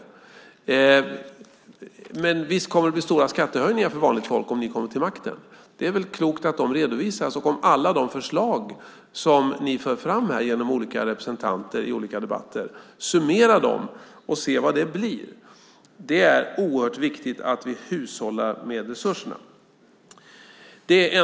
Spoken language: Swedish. Visst kommer det även att bli stora skattehöjningar för vanligt folk om ni kommer till makten, och då är det väl klokt att det också redovisas genom att man summerar alla de förslag som ni, via olika representanter och i olika debatter, för fram. Då ser vi vad det blir. Det är oerhört viktigt att vi hushållar med resurserna.